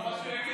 מה שהוא יגיד.